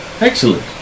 Excellent